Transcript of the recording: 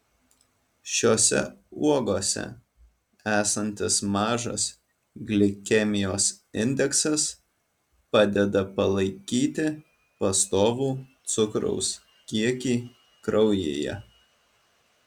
šiose uogose esantis mažas glikemijos indeksas padeda palaikyti pastovų cukraus kiekį kraujyje